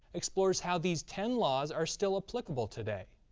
explores how these ten laws are still applicable today.